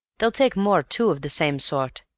they'll take more too, of the same sort.